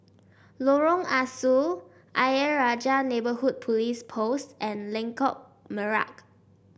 Lorong Ah Soo Ayer Rajah Neighbourhood Police Post and Lengkok Merak